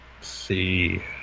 See